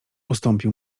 ustąpił